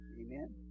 Amen